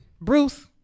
Bruce